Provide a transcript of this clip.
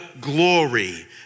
glory